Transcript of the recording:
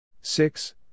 Six